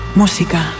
música